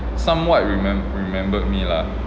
somewhat remem~ remembered me lah